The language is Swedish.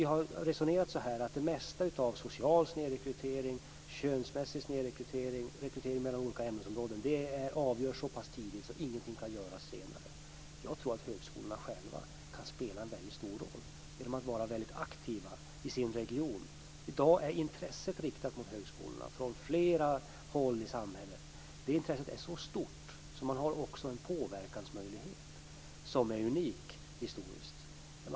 Vi har ibland resonerat så att det mesta av social och könsmässig snedrekrytering och av valen av olika ämnesområden avgörs så tidigt att ingenting kan göras senare. Jag tror att högskolorna själva kan spela en väldigt stor roll genom att vara väldigt aktiva i sina regioner. I dag är intresset riktat mot högskolorna från flera håll i samhället. Det intresset är så stort att man har en påverkansmöjlighet som historiskt sett är unik.